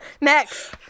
Next